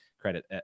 credit